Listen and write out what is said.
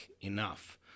enough